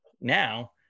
now